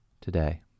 today